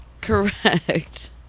Correct